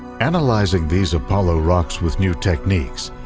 analysing these apollo rocks with new techniques,